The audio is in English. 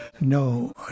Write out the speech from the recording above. no